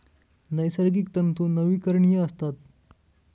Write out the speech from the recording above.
नैसर्गिक तंतू नवीकरणीय असतात